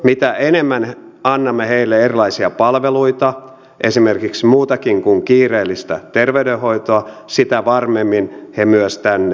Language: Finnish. mitä enemmän annamme heille erilaisia palveluita esimerkiksi muutakin kuin kiireellistä terveydenhoitoa sitä varmemmin he myös tänne jäävät